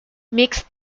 mixed